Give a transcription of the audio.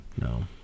No